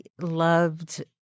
loved